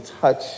touch